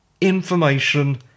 information